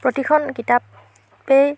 প্ৰতিখন কিতাপেই